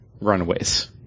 Runaways